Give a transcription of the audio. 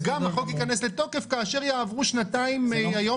וגם החוק ייכנס לתוקף כאשר יעברו שנתיים מהיום